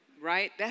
Right